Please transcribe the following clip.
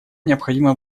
необходимо